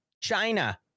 China